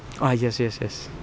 ah yes yes yes